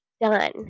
Done